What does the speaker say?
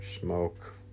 smoke